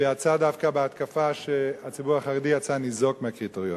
שיצא דווקא בהתקפה שהציבור החרדי יצא ניזוק מהקריטריונים.